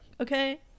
okay